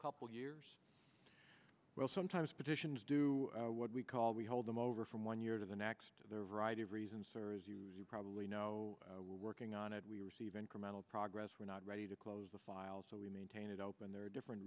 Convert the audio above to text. couple years well sometimes petitions do what we call we hold them over from one year to the next there are a variety of reasons you probably know we're working on it we receive incremental progress we're not ready to close the file so we maintain it open there are different